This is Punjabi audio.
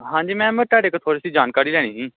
ਹਾਂਜੀ ਮੈਮ ਮੈਂ ਤੁਹਾਡੇ ਤੋਂ ਥੋੜ੍ਹੀ ਜੀ ਜਾਣਕਾਰੀ ਲੈਣੀ ਸੀ